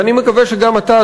ואני מקווה שגם אתה,